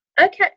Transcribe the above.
Okay